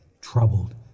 troubled